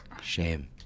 Shame